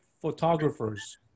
photographers